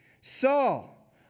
Saul